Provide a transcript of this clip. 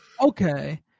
Okay